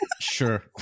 sure